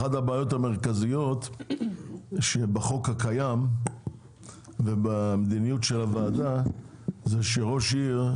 אחת הבעיות המרכזיות בחוק הקיים ובמדיניות של הוועדה זה שראש עיר,